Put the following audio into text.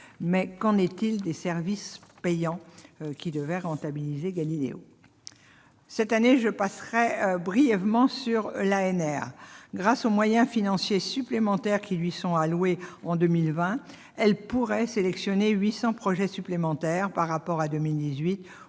Mais qu'en est-il des services payants qui devaient rentabiliser Galileo ? Cette année, je passerai brièvement sur l'ANR. Grâce aux moyens financiers supplémentaires qui lui sont alloués en 2020, elle pourrait sélectionner 800 projets supplémentaires par rapport à 2018, où ils